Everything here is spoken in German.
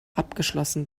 abgeschlossen